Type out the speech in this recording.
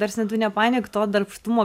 ta prasme tu nepainiok to darbštumo